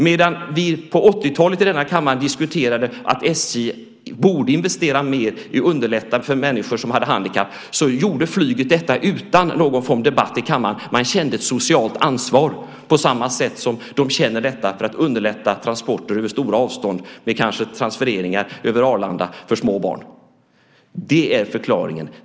Medan vi på 80-talet i denna kammare diskuterade att SJ borde investera mer i att underlätta för människor som har handikapp gjorde flyget detta utan någon form av debatt i kammaren. Man kände ett socialt ansvar på samma sätt som man känner det för att underlätta transporter över stora avstånd med kanske transfereringar över Arlanda för små barn. Det är förklaringen.